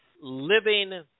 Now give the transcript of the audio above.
living